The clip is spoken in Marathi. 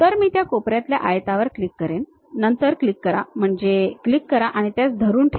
तर मी त्या कोपऱ्यातल्या आयतावर क्लिक करेन नंतर क्लिक करा म्हणजे क्लिक करा आणि त्यास धरून ठेवा